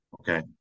okay